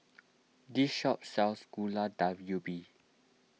this shop sells Gulai Daun Ubi